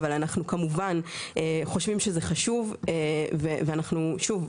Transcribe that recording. אבל אנחנו כמובן חושבים שזה חשוב ואנחנו שוב,